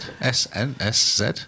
S-N-S-Z